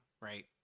right